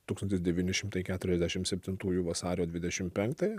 tūkstantis devyni šimtai keturiasdešim septintųjų vasario dvidešim penktąją